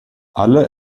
alle